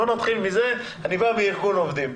בואו נתחיל מזה, שאני בא מארגון עובדים.